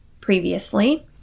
previously